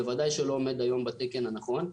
ודאי שזה לא עומד היום בתקן הנכון.